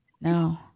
no